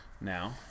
now